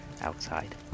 outside